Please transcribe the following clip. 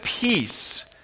peace